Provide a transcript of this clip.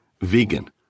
vegan